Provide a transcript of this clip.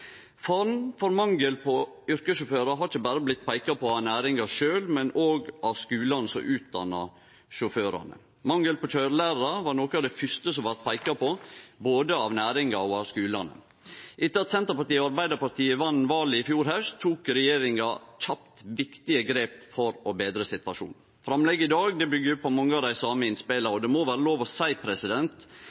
for mangel på yrkessjåførar har ikkje berre blitt peika på av næringa sjølv, men òg av skulane som utdannar sjåførane. Mangel på køyrelærarar var noko av det første som blei peika på både av næringa og av skulane. Etter at Senterpartiet og Arbeidarpartiet vann valet i fjor haust, tok regjeringa kjapt viktige grep for å betre situasjonen. Framlegget i dag byggjer på mange av dei same innspela, og det må vere lov å seie